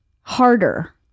harder